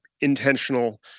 intentional